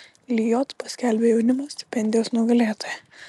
lijot paskelbė jaunimo stipendijos nugalėtoją